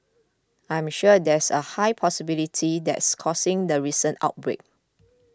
I'm sure there's a high possibility that's causing the recent outbreak